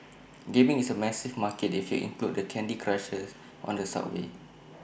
gaming is A massive market if you include the candy Crushers on the subway